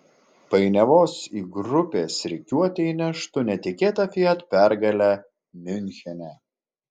painiavos į grupės rikiuotę įneštų netikėta fiat pergalė miunchene